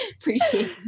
Appreciate